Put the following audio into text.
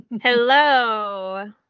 Hello